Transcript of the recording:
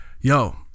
Yo